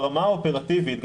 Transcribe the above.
ברמה האופרטיבית,